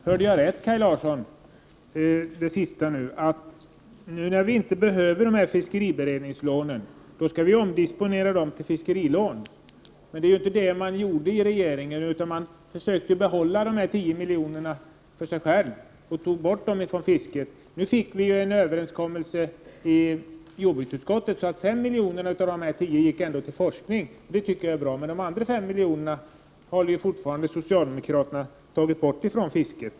Herr talman! Hörde jag rätt, Kaj Larsson, att nu när vi inte behöver fiskberedningslånen, skall de omdisponeras till fiskerilån? Men det har inte regeringen gjort, utan man har försökt att behålla dessa 10 milj.kr. och tagit bort dem från fisket. Nu fick vi till stånd en överenskommelse i jordbruksutskottet, som innebär att 5 av dessa 10 milj.kr. skulle gå till forskning, vilket jag tycker är bra. Men de övriga 5 milj.kr. håller ju socialdemokraterna fortfarande borta från fisket.